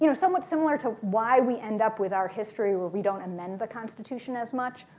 you know somewhat similar to why we end up with our history where we don't amend the constitution as much,